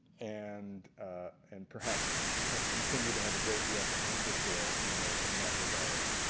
and and perhaps have continued to have a great deal to answer for in in that regard.